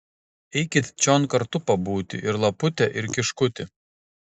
eikit čion kartu pabūti ir lapute ir kiškuti